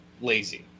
lazy